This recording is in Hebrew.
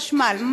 החשמל,